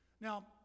Now